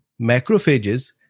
macrophages